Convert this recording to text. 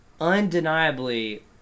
undeniably